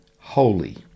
holy